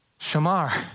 Shamar